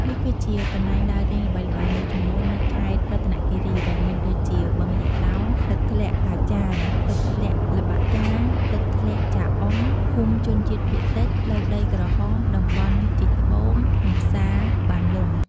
នេះគឺជាកន្លែងដើរលេងល្បីៗមួយចំនួននៅខេត្តរតនគិរីដែលមានដូចជា បឹងយក្សឡោម ទឹកធ្លាក់កាចាញ ទឹកធ្លាក់ល្បាក់កា ទឹកធ្លាក់ចាអុង ភូមិជនជាតិភាគតិច ផ្លូវដីក្រហម តំបន់ជីកត្បូង និង ផ្សារបានលុង ។